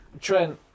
Trent